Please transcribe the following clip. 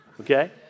Okay